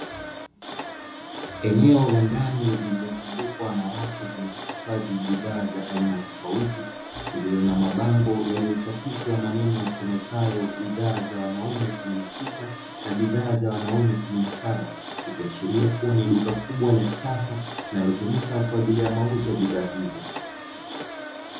Eneo la ndani lililozungukwa na rafu zilizohifadhi bidhaa za aina tofauti, lililo na mabango yaliyochapishwa maneno yasomekayo "Bidhaa za wanaume kumi na sita na bidhaa za wanaume kumi na saba", ikiashiria kuwa ni duka kubwa la kisasa linalotumika kwa jili ya mauzo ya bidhaa hizo.